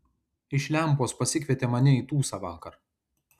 iš lempos pasikvietė mane į tūsą vakar